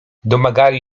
domagali